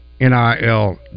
NIL